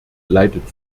leidet